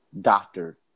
doctor